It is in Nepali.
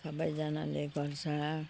सबैजनाले गर्छ